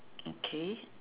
okay